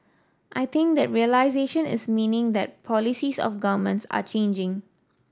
I think that realisation is meaning that policies of governments are changing